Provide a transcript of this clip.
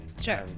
Sure